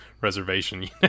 reservation